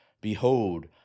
Behold